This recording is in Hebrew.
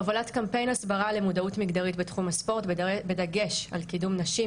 הובלת קמפיין הסברה למודעות מגדרית בתחום הספורט בדגש על קידום נשים,